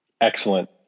Excellent